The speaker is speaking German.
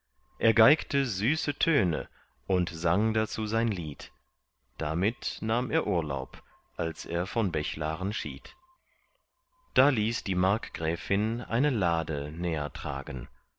er geigte süße töne und sang dazu sein lied damit nahm er urlaub als er von bechlaren schied da ließ die markgräfin eine lade näher tragen